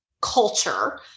culture